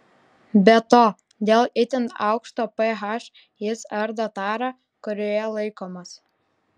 be to dėl itin aukšto ph jis ardo tarą kurioje laikomas